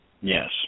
Yes